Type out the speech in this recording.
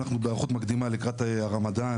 אנחנו בהיערכות מקדימה לקראת הרמדאן,